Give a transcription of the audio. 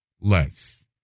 less